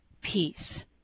peace